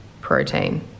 protein